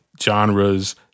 genres